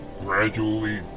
gradually